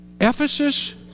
Ephesus